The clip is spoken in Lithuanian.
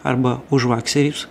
arba už vakserius